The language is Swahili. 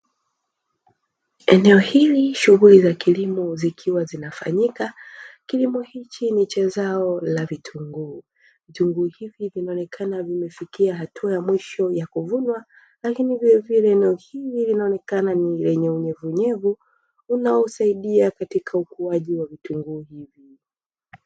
Eneo hili shughuli za kilimo zikiwa zinafanyika kilimo hiki ni cha zao la vitunguu, vitunguu hivi vinaonekana vimefikia hatua ya mwisho ya kuvunwa, lakini vilevile eneo hili linaonekana ni lenye unyevuunyevu unaosaidia katika ukuaji wa vitunguu hivi.